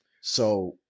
So-